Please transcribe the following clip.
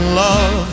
love